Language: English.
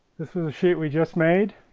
this is a sheet we just made,